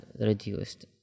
reduced